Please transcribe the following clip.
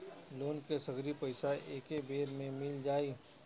Loan के सगरी पइसा एके बेर में मिल जाई?